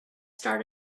start